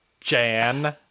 Jan